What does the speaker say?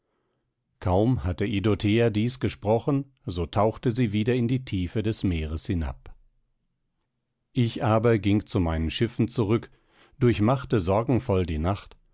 kaum hatte idothea dies gesprochen so tauchte sie wieder in die tiefe des meeres hinab ich aber ging zu meinen schiffen zurück durchmachte sorgenvoll die nacht